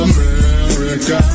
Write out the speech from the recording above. America